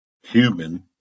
human